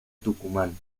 tucumán